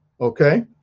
Okay